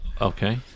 okay